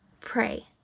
Pray